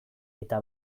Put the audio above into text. eta